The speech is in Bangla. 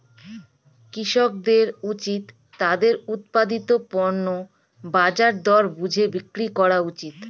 কৃষকদের উচিত তাদের উৎপাদিত পণ্য বাজার দর বুঝে বিক্রি করা উচিত